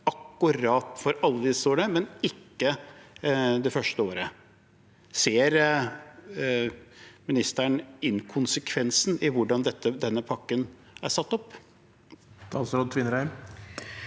i alle disse årene, men ikke det første året. Ser ministeren inkonsekvensen i hvordan denne pakken er satt opp?